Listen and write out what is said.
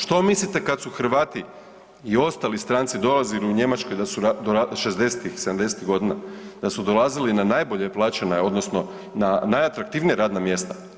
Što mislite, kad su Hrvati i ostali stranci dolazili u Njemačku da su, 60-ih, 70-ih godina, da su dolazili na najbolje plaćena, odnosno na najatraktivnija radna mjesta?